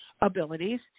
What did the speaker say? abilities